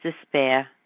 despair